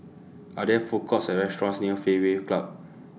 Are There Food Courts Or restaurants near Fairway Club